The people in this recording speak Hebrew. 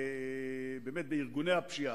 בארגוני הפשיעה.